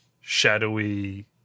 shadowy